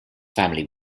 family